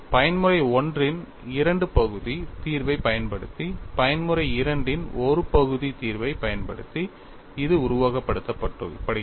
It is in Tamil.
பயன்முறை I இன் இரண்டு பகுதி தீர்வைப் பயன்படுத்தி பயன்முறை II இன் 1 பகுதி தீர்வைப் பயன்படுத்தி இது உருவகப்படுத்தப்படுகிறது